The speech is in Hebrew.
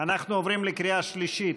אנחנו עוברים לקריאה שלישית.